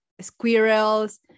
squirrels